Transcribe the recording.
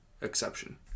exception